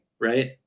right